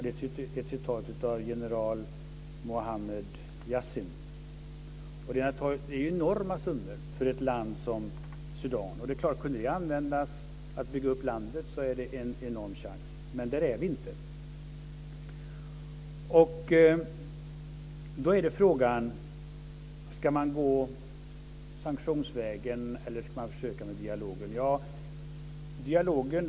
Det sade general Mohammed Yassin. Det är enorma summor för ett land som Sudan. Skulle dessa pengar användas för att bygga upp landet skulle det vara en enorm chans, men ett sådant läge har man inte. Då är frågan: Ska man gå sanktionsvägen eller ska man försöka med dialogen?